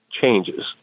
changes